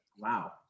wow